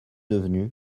devenu